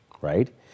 right